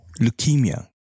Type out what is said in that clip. leukemia